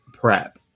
prep